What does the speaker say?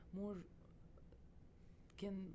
more—can